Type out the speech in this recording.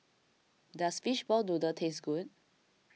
does Fishball Noodle taste good